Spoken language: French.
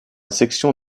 section